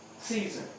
Caesar